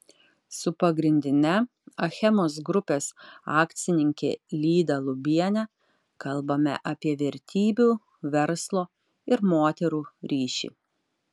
su pagrindine achemos grupės akcininke lyda lubiene kalbame apie vertybių verslo ir moterų ryšį